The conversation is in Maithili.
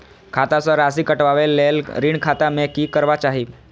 खाता स राशि कटवा कै लेल ऋण खाता में की करवा चाही?